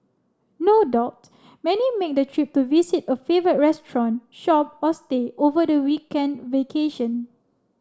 no doubt many make the trip to visit a favourite restaurant shop or stay over the weekend vacation